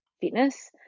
fitness